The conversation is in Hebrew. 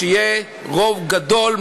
שיהיה רוב גדול,